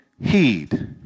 heed